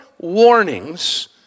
Warnings